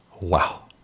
Wow